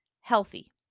healthy